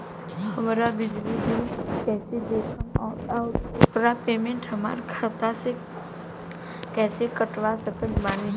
हमार बिजली बिल कईसे देखेमऔर आउर ओकर पेमेंट हमरा खाता से कईसे कटवा सकत बानी?